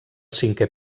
cinquè